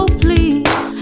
please